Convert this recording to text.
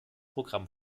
programm